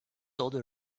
other